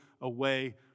away